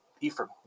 Ephraim